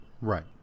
Right